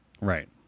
Right